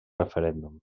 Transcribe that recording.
referèndum